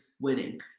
winning